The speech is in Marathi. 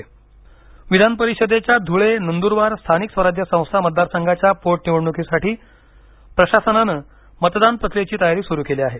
विधानपरिषद निवडणुक विधान परिषदेच्या धुळेनंदूरबार स्थानिक स्वराज्य संस्था मतदारसंघाच्या पोट निवडणुकीसाठी प्रशासनानं मतदान प्रक्रियेची तयारी सुरु केली आहे